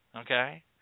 Okay